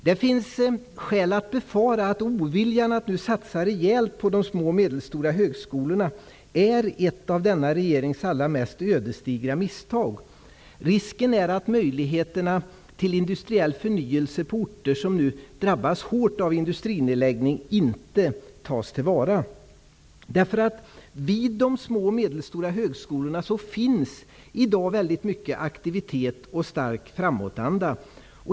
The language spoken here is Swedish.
Det finns skäl att befara att oviljan att satsa rejält på de små och medelstora högskolorna är ett av denna regerings allra mest ödesdigra misstag. Risken är att möjligheterna till industriell förnyelse på orter som nu drabbas hårt av industrinedläggningar inte tas till vara. Vid de små och medelstora högskolorna finns i dag mycket aktivitet och stark framåtanda.